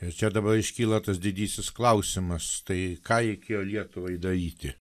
ir čia dabar iškyla tas didysis klausimas tai ką reikėjo lietuvai daryti